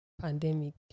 pandemic